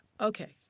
okay